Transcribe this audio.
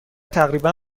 تقریبا